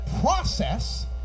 process